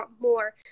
more